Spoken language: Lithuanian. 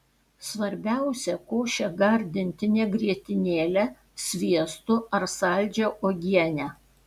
svarbiausia košę gardinti ne grietinėle sviestu ar saldžia uogiene